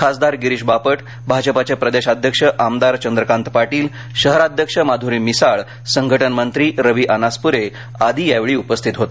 खासदार गिरीश बापट भाजपचे प्रदेशाध्यक्ष आमदार चंद्रकांत पाटील शहराध्यक्ष माधुरी मिसाळ संघटन मंत्री रवी अनासपुरे आदी यावेळी उपस्थित होते